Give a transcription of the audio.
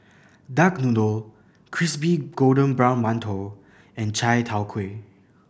duck noodle crispy golden brown mantou and chai tow kway